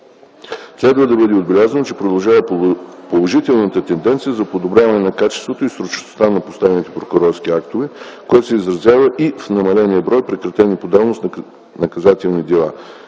Следва да бъде отбелязано, че продължава положителната тенденция за подобряване на качеството и срочността на постановените прокурорски актове, което се изразява и в намаления брой прекратени по давност наказателни дела.